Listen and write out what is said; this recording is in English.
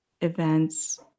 events